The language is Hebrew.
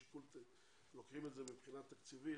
אם לוקחים את זה מבחינה תקציבית,